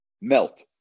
melt